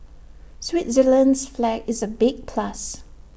Switzerland's flag is A big plus